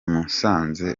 musanze